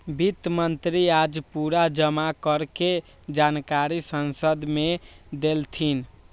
वित्त मंत्री आज पूरा जमा कर के जानकारी संसद मे देलथिन